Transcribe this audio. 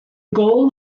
goal